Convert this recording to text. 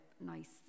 nice